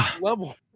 level